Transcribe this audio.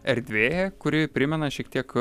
erdvė kuri primena šiek tiek